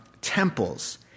temples